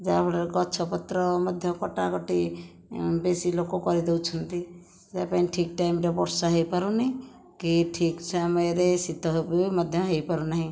ଯାହା ଫଳରେ ଗଛପତ୍ର ମଧ୍ୟ କଟାକଟି ବେଶି ଲୋକ କରି ଦେଉଛନ୍ତି ସେଥିପାଇଁ ଠିକ ଟାଇମ୍ରେ ବର୍ଷା ହୋଇ ପାରୁନି କି ଠିକ ସମୟରେ ଶୀତ ବି ମଧ୍ୟ ହୋଇ ପାରୁନାହିଁ